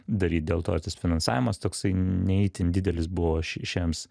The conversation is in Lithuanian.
daryt dėl to ir tas finansavimas toksai ne itin didelis buvo ši šiems